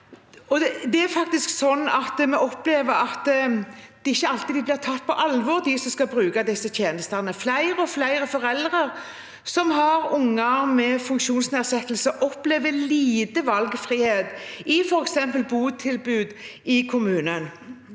vi opplever faktisk at de som skal bruke disse tjenestene, ikke alltid blir tatt på alvor. Flere og flere foreldre som har unger med funksjonsnedsettelse, opplever lite valgfrihet i f.eks. botilbud i kommunen.